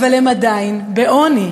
אבל הם עדיין בעוני,